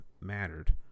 mattered